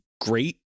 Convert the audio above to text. great